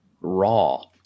raw